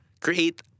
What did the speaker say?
create